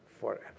forever